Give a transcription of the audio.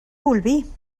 bolvir